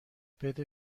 بده